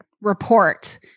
report